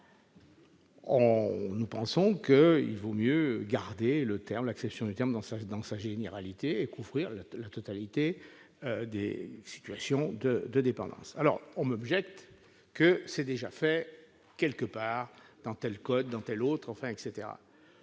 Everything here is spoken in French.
nous pensons qu'il vaut mieux garder le terme l'acception du terme dans sa vie dans sa généralité et couvrir la totalité des situations de de dépendance, alors on m'objecte que c'est déjà fait. Quelque part, dans telle dans telle autre, enfin